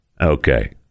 Okay